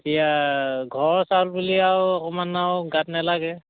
এতিয়া ঘৰৰ চাউল বুলি আৰু অকণমান আৰু গাত নেলাগে